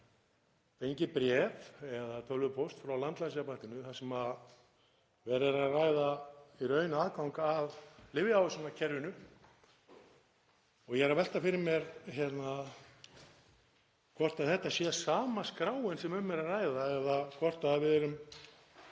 fengið bréf eða tölvupóst frá landlæknisembættinu þar sem verið er að ræða í raun aðgang að lyfjaávísanakerfinu og ég er að velta fyrir mér hvort þetta sé sama skráin sem um er að ræða eða hvort við eigum